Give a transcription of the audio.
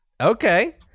Okay